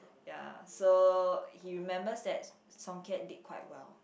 ya so he remembers that Song-Kiat did quite well